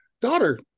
daughter